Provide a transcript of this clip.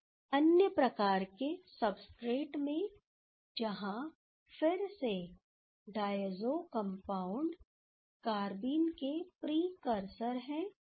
एक अन्य प्रकार के सबस्ट्रेट्स में जहां फिर से डायज़ो कंपाउंड्स कारबीन के प्रिकसर हैं